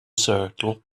circle